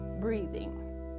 breathing